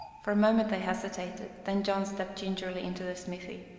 for a moment they hesitated then john stepped gingerly into the smithy,